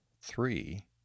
three